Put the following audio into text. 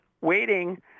waiting